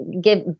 give